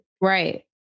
Right